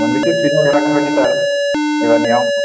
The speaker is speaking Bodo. मोनबैसे सिथयाव देरहागोन बायदि सार एबारनियाव